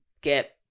get